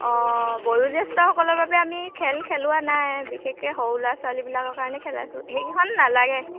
অঁ বয়োজ্যেষ্ঠসকলৰ বাবে আমি খেল খেলোৱা নাই বিশেষকৈ সৰু ল'ৰা ছোৱালীবিলাকৰ কাৰণে খেলাইছোঁ সেইকেইখন নালাগে